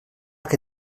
que